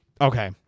Okay